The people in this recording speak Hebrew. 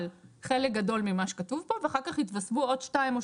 חלק גדול ממה שכתוב פה ואחר כך התווספו עוד שתיים או